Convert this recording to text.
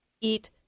Eat